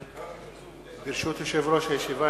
ברשות יושב-ראש הישיבה,